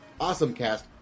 Awesomecast